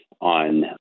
on